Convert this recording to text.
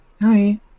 Hi